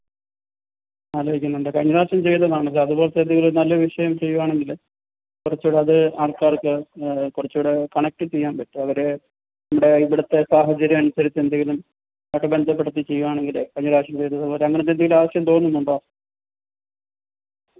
ആലോചിക്കുന്നുണ്ട് കഴിഞ്ഞ പ്രാവശ്യം ചെയ്തതതാണ് അതുപോലത്തെ എന്തെങ്കിലും നല്ല വിഷയം ചെയ്യുകയാണെങ്കിൽ കുറച്ചു കൂടിയത് ആൾക്കാർക്ക് കുറച്ചു കൂടി കണക്റ്റ് ചെയ്യാൻ പറ്റും അവരേ ഇവിടെ ഇവിടുത്തെ സാഹചര്യമനുസരിച്ചെന്തെങ്കിലും ആയിട്ട് ബന്ധപ്പെടുത്തി ചെയ്യുകയാണെങ്കിൽ കഴിഞ്ഞ പ്രാവശ്യം ചെയ്തതു പോലെ അങ്ങനെ എന്തെങ്കിലുമാശയം തോന്നുന്നുണ്ടോ